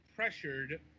pressured